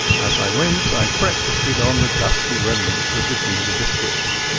as i went i breakfasted on the dusty remnants of the ginger biscuits.